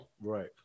Right